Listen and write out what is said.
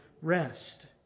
rest